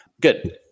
good